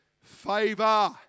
favor